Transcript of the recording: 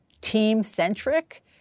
team-centric—